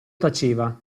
taceva